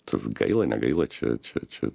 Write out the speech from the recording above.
tas gaila negaila čia čia čia